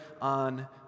on